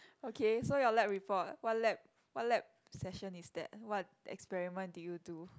okay so your lab report what lab what lab session is that what experiment did you do